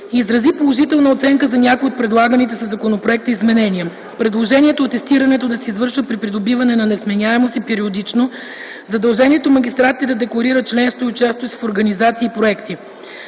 и изрази положителна оценка за някои от предлаганите със законопроекта изменения - предложението атестирането да се извършва при придобиване на несменямост и периодично, задължението магистратите да декларират членството и участието си в организации и проекти.